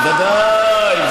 בוודאי.